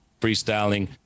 freestyling